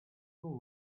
know